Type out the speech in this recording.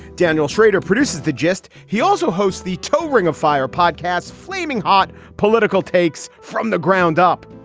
daniel schrader produces the gist. he also hosts the toe ring of fire podcast. flaming hot political takes from the ground up.